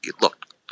Look